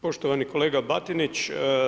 Poštovani kolega Batinić.